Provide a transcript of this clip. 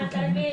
שלא יתנו לי